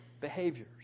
behaviors